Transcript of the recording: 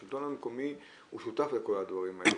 השלטון המקומי הוא שותף לכל הדברים האלה,